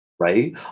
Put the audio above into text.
right